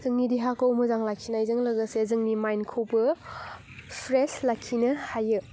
जोंनि देहाखौ मोजां लाखिनायजों लोगोसे जोंनि माइन्दखौबो फ्रेस लाखिनो हायो